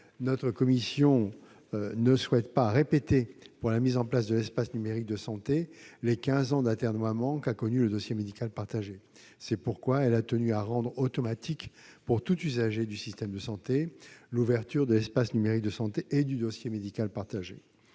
notre commission ne souhaite pas que la mise en place de l'espace numérique de santé connaisse les mêmes atermoiements que celle du dossier médical partagé. C'est pourquoi elle a tenu à rendre automatique, pour tout usager du système de santé, l'ouverture de l'espace numérique de santé et du dossier médical partagé.